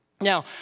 Now